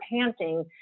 panting